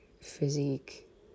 physique